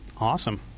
Awesome